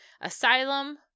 Asylum